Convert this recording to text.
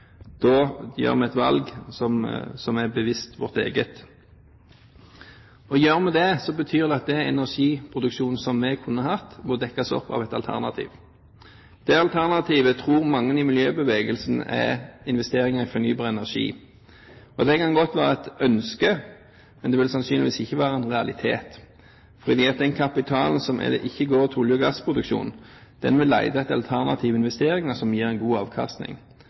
da gjør vi et valg som er bevisst, vårt eget. Gjør vi det, betyr det at den energiproduksjonen som vi kunne hatt, må dekkes opp av et alternativ. Det alternativet tror mange i miljøbevegelsen er investeringer i fornybar energi. Og det kan godt være et ønske, men det vil sannsynligvis ikke være en realitet, for den kapitalen som ikke går til olje- og gassproduksjon, vil lete etter alternative investeringer som gir en god avkastning.